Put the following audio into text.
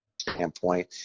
standpoint